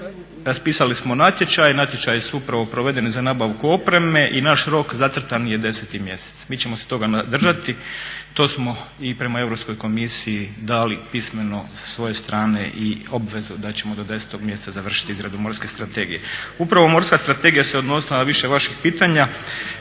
Raspisali smo natječaj. Natječaji su upravo provedeni za nabavku opreme i naš rok zacrtan je 10. mjesec. Mi ćemo se toga držati, to smo i prema Europskoj komisiji dali pismeno svoje strane i obvezu da ćemo do 10. mjeseca završit izradu Morske strategije. Upravo Morska strategija se odnosila na više vaših pitanja,